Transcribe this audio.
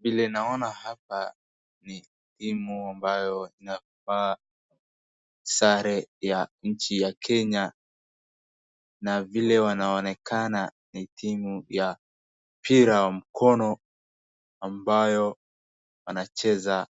Vile naona hapa ni timu ambayo imevaa sare ya nchi ya Kenya. Na vile inaonekana ni timu ya mikono ambayo inacheza